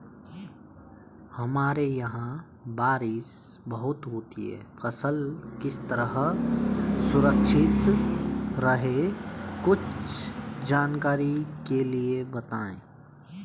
हमारे यहाँ बारिश बहुत होती है फसल किस तरह सुरक्षित रहे कुछ जानकारी के लिए बताएँ?